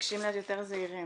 מתבקשים להיות יותר זהירים,